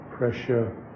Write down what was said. Pressure